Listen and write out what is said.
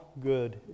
good